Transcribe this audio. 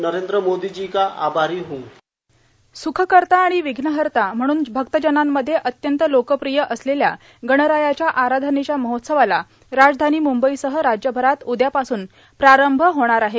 नरेंद्र मोदी जी का बहोत आभारी हूॅ सुखकर्ता आणि विघ्नहर्ता म्हणून भक्तजनांमध्ये अत्यंत लोकप्रिय असलेल्या गणरायाच्या आराधनेच्या महोत्सवाला राजधानी म्रंबईसह राज्यभरात उद्यापासून प्रारंभ झाला